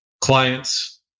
clients